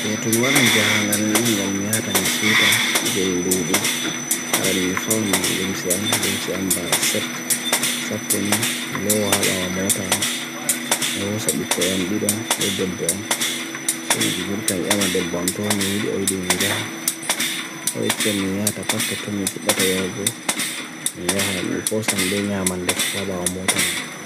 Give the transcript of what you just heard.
Ye to m'i warin jahangan li yungal meyata m'i syuta jayin dobu aran m'i faon lim se am, lim se am ba'a set, saponni, m'i lawa ab a'a mota am mi ho sabi koyam didon, dek debbwaam m'i burutam yama debwaam to m'i ídi o'i dimingya o'i tiam miyata pato to m'i futlata yaw go miyata m'i fosan benya man defru ab a'a mota man